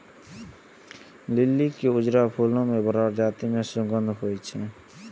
लिली के उजरा फूल बला प्रजाति मे सुगंध होइ छै